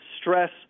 stress